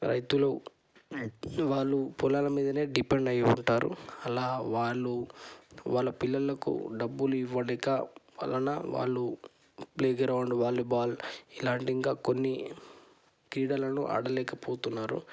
రైతులు వాళ్ళు పొలాల మీదనే డిపెండ్ అయి ఉంటారు అలా వాళ్ళు వాళ్ళ పిల్లలకు డబ్బులు ఇవ్వలేక వలన వాళ్ళు ప్లే గ్రౌండు వాలీబాల్ ఇలాంటి ఇంకా కొన్ని క్రీడలను ఆడలేకపోతున్నారు